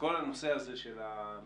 כל הנושא הזה של המצ'ינג